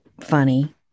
funny